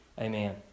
Amen